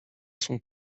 son